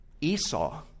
Esau